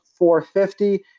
450